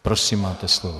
Prosím, máte slovo.